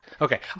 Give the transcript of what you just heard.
Okay